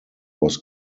was